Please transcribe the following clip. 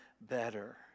better